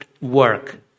work